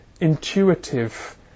intuitive